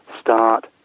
start